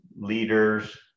leaders